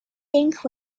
link